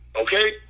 okay